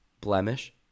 blemish